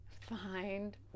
find